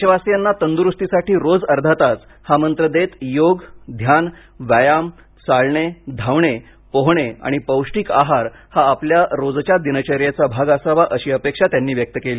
देशवासियांना तंदुरुस्तीसाठी रोज अर्धा तास हा मंत्र देत योग ध्यान व्यायाम चालणे धावणे पोहणे आणि पौष्टिक आहार हा आपल्या रोजच्या दिनचर्येचा भाग असावा अशी अपेक्षा त्यांनी व्यक्त केली